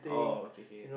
oh okay okay